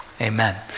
amen